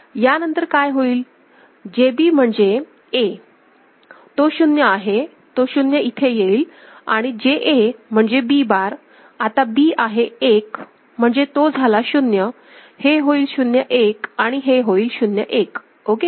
यानंतर काय होईल JB म्हणजे A तो 0आहे तो 0 इथे येईल आणि JA म्हणजे B बार आता B आहे 1 म्हणजे तो झाला 0 हे होईल 0 1 आणि हे होईल 0 1 ओके